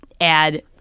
add